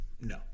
no